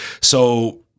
So-